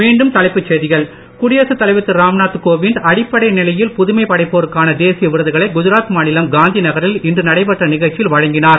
மீண்டும் தலைப்புச் செய்திகள் குடியரசு தலைவர் திரு ராம்நாத் கோவிந்த் அடிப்படை நிலையில் புதுமை படைப்போருக்கான தேசிய விருதுகளை குஜராத் மாநிலம் காந்திநகரில் இன்று நடைபெற்ற நிகழ்ச்சியில் வழங்கினார்